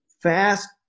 fast